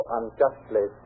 unjustly